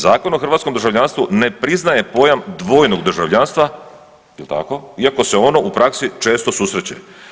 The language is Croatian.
Zakon o hrvatskom državljanstvu ne priznaje pojam dvojnog državljanstva, je li tako, iako se ono u praksi često susreće.